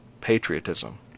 patriotism